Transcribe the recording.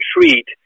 treat